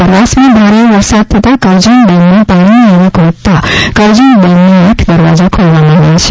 ઉપરવાસમાં ભારે વરસાદ થતાં કરજણ ડેમમાં પાણીની આવક વધતા કરજણ ડેમના આઠ દરવાજા ખોલવામાં આવ્યા છે